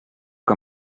que